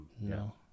no